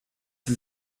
sie